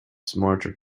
smarter